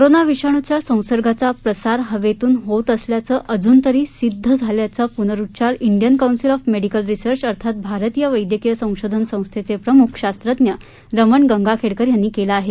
corona विषाणूचा संसर्गाचा प्रसार हवेतून होत असल्याचे अजून तरी सिद्ध झाले नसल्याचा पूनरुच्चार Indian Council of Medical Research अर्थात भारतीय वैद्यकीय संशोधन संस्थेचे प्रमुख शास्त्रज्ञ रमण गंगाखेडकर यांनी केला आहे